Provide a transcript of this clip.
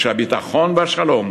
שהביטחון והשלום